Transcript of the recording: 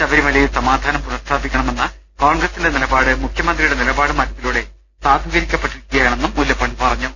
ശബരിമലയിൽ സമാ ധാനം പുനഃസ്ഥാപിക്കണമെന്ന കോൺഗ്രസിന്റെ നിലപാട് മുഖ്യമന്ത്രിയുടെ നിലപാട് മാറ്റത്തിലൂടെ സാധൂകരിക്കപ്പെ ട്ടിരിക്കുകയാണെന്നും മുല്ലപ്പള്ളി പറഞ്ഞു